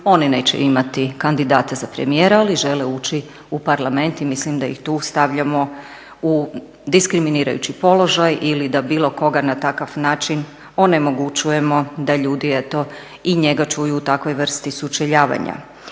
Oni neće imati kandidata za premijera, ali žele ući u Parlament i mislim da ih tu stavljamo u diskriminirajući položaj ili da bilo koga na takav način onemogućujemo da ljudi eto i njega čuju u takvoj vrsti sučeljavanja.